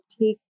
take